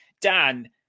Dan